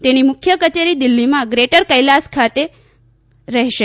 તેની મુખ્ય કચેરી દિલ્હીમાં ગ્રેટર કૈલાસ ખાતે રહેશે